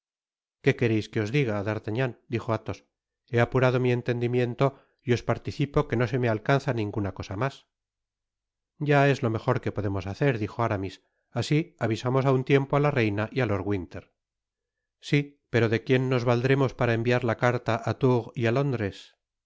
que quereis que os diga d'artagnan dijo athos he apurado mi entendimiento y os participo que no se me alcanza ninguna cosa mas ya es lo mejor que podemos hacer dijo aramis asi avisamos á un tiempo á la reina y á lord winter si pero de quién nos valdremos para enviar la carta á toursy á lóndres